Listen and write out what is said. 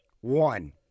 One